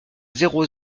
zéro